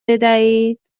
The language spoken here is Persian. بدهید